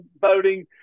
voting